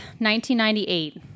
1998